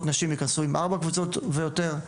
נשים ייכנסו עם ארבע קבוצות ויותר.